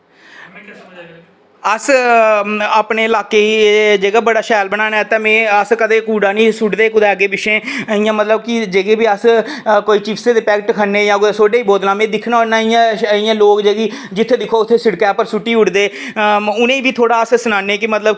अस अपने लाकै ई जेह्का बड़ा शैल बनाने ते में कुदै कूड़ा निं सुट्टदे कदें अग्गें पिच्छें इं'या कि जेह्के बी अस कोई चिप्स दे पैकेट खन्ने जां सोडे दियां बोतलां में दिक्खनां ते इं'या लोक जेह्की जित्थै दिक्खो उत्थै सिड़कै पर सु'ट्टी ओड़दे ते उ'नेंगी बी अस सनाने थोह्ड़ा मतलब कि